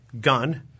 gun